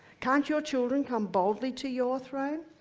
can't your children come boldly to your throne,